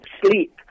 sleep